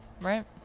Right